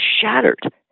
shattered